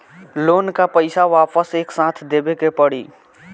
Loan का पईसा वापिस एक साथ देबेके पड़ी?